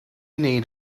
need